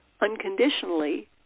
unconditionally